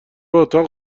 اتاق